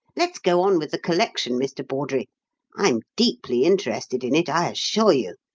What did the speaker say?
let's go on with the collection, mr. bawdrey i'm deeply interested in it, i assure you.